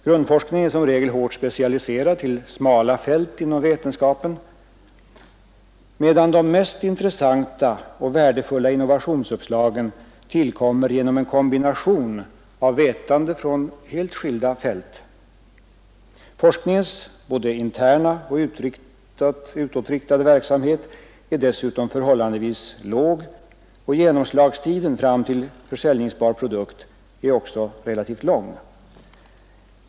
Grundforskningen är som regel hårt specialiserad till smala fält inom vetenskapen, medan de mest intressanta och värdefulla innovationsuppslagen tillkommer genom en kombination av vetande från helt skilda fält. Forskningens såväl interna som utåtriktade effektivitet är dessutom förhållandevis låg och genomslagstiden fram till en försäljningsbar produkt är också relativt lång.